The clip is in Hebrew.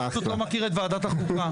אתה פשוט לא מכיר את ועדת החוקה.